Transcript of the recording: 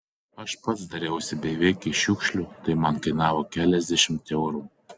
aš pats dariausi beveik iš šiukšlių tai man kainavo keliasdešimt eurų